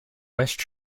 west